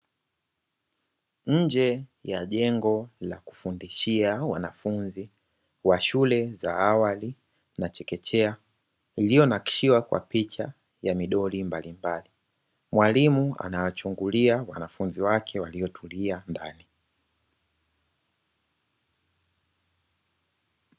Nje ya jengo la kufundishia wanafunzi wa shule za awali na chekechea, iliyonakishiwa kwa picha ya midoli mbalimbali, mwalimu anawachungulia wanafunzi wake waliotulia ndani.